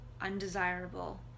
undesirable